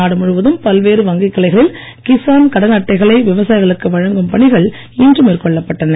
நாடு முழுவதும் பல்வேறு வங்கிக் கிளைகளில் கிசான் கடன் அட்டைகளை விவசாயிகளுக்கு வழங்கும் பணிகள் இன்று மேற்கொள்ளப் பட்டன